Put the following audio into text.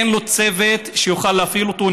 אין לו צוות שיוכל להפעיל אותו.